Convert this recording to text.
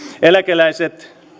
eläkeläisten